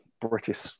British